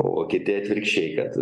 o kiti atvirkščiai kad